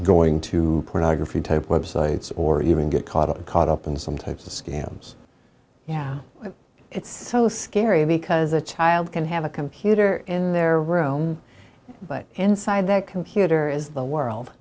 going to pornography type websites or even get caught up caught up in some types of scams yeah it's so scary because a child can have a computer in their room but inside that computer is the world